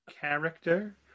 character